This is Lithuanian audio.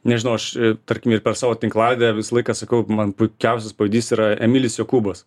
nežinau aš tarkim ir per savo tinklalaidę visą laiką sakau man puikiausias pavyzdys yra emilis jokūbas